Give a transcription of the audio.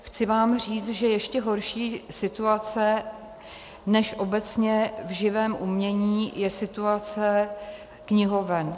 Chci vám říct, že ještě horší situace než obecně v živém umění je situace knihoven.